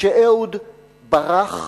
כשאהוד ברח,